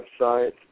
website